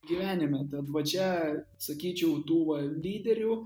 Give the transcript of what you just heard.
gyvenime dad va čia sakyčiau tų va lyderių